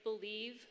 believe